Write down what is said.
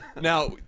Now